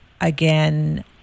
again